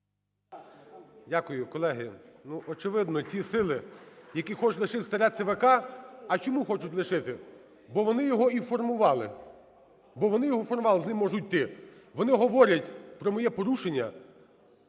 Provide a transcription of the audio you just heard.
Дякую. Колеги, ну, очевидно, ті сили, які хочуть лишити старе ЦВК, а чому хочуть лишити, бо вони його і формували. Бо вони його формували, з ним можуть йти. Вони говорять про моє порушення.